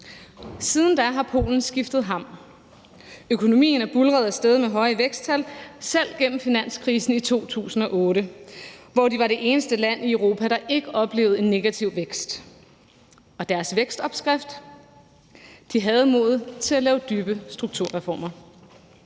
Siden da har Polen skiftet ham. Økonomien er buldret af sted med høje væksttal, selv gennem finanskrisen i 2008, hvor det var det eneste land i Europa, der ikke oplevede en negativ vækst. Deres vækstopskrift var, at de havde modet til at lave dybe strukturreformer